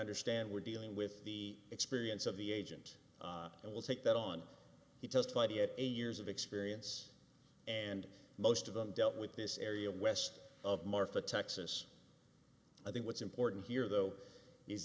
understand we're dealing with the experience of the agent and we'll take that on he testified he had eight years of experience and most of them dealt with this area west of marfa texas i think what's important here though is